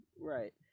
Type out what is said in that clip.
Right